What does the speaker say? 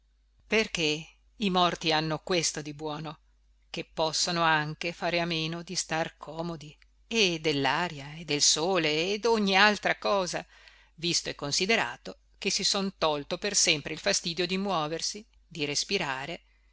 perché i morti hanno questo di buono che possono anche fare a meno di star comodi e dellaria e del sole e dogni altra cosa visto e considerato che si son tolto per sempre il fastidio di muoversi di respirare